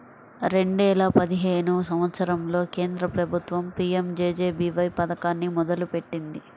రెండేల పదిహేను సంవత్సరంలో కేంద్ర ప్రభుత్వం పీయంజేజేబీవై పథకాన్ని మొదలుపెట్టింది